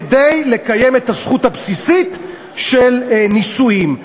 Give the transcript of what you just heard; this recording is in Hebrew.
כדי לקיים את הזכות הבסיסית של נישואים.